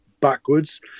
backwards